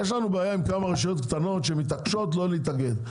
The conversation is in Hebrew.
יש לנו בעיה עם כמה רשויות קטנות שמתעקשות לא להתאגד,